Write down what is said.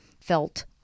felt